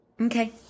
Okay